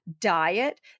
diet